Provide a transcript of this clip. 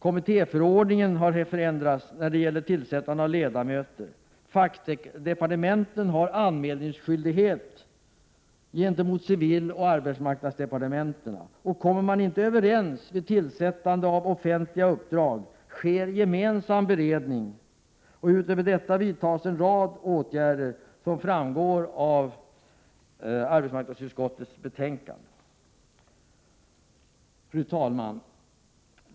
Kommittéförordningen har ändrats när det gäller tillsättande av ledamöter m.m. Fackdepartementen har anmälningsskyldighet gentemot civiloch arbetsmarknadsdepartementen. Kommer man inte överens vid tillsättande av offentliga uppdrag, sker gemensam beredning. Utöver detta vidtas en rad åtgärder som framgår av utskottets betänkande. Fru talman!